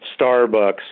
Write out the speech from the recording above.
Starbucks